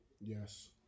Yes